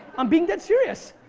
i'm being dead serious.